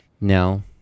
No